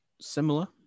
similar